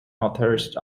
northeast